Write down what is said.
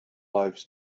lives